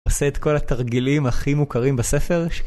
אני עושה את כל התרגילים הכי מוכרים בספר,